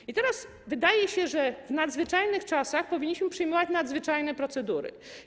I teraz wydaje się, że w nadzwyczajnych czasach powinniśmy przyjmować nadzwyczajne procedury.